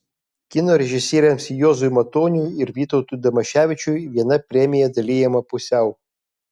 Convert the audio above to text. kino režisieriams juozui matoniui ir vytautui damaševičiui viena premija dalijama pusiau